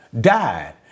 died